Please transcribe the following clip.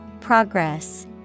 Progress